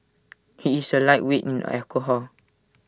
he is A lightweight in alcohol